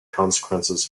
consequences